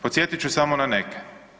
Podsjetit ću samo na neke.